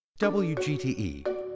WGTE